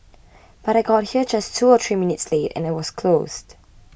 but I got here just two or three minutes late and it was closed